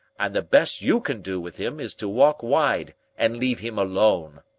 and the best you can do with him is to walk wide and leave him alone.